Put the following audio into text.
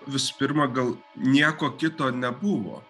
visų pirma gal nieko kito nebuvo